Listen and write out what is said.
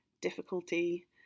difficulty